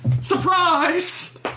Surprise